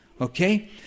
Okay